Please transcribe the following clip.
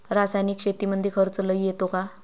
रासायनिक शेतीमंदी खर्च लई येतो का?